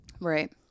Right